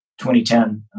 2010